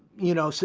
you know, so